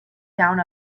down